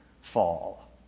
fall